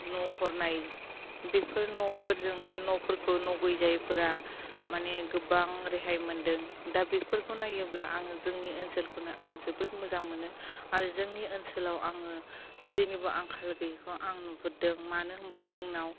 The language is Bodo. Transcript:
न' हरनाय बेफोर न'फोरजों न'फोरखौ न' गैजायैफोरा माने गोबां रेहाय मोनदों दा बेफोरखौ नायोब्ला आङो जोंनि ओनसोलखौनो आं जोबोद मोजां मोनो आरो जोंनि ओनसोलाव आङो जेनिबो आंखाल गैयिखौ आं नुहरदों मानो होनब्ला जोंनाव